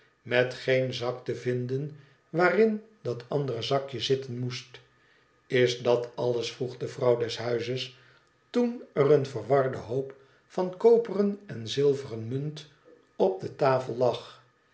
met geen zak te vinden waarin dat andere zakje zitten moest is dat alles vroeg de vrouw des huizes ton er een verwarde hoop van koperen en zilveren munt op de tafel lag